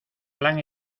plan